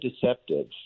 deceptive